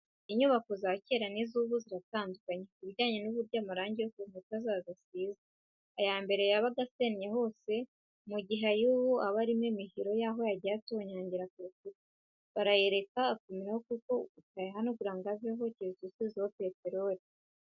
Inyubako za kera n'iz'ubu ziratandukanye, ku bijyanye n'uburyo amarangi yo ku nkuta zazo asize, aya mbere yabaga asennye hose, mu gihe ay'ubu aba arimo imihiro y'aho yagiye atonyangira ku rukuta, barayareka akumiraho kuko utayahanagura ngo aveho, keretse usizeho peteroli.